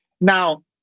Now